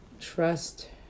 Trust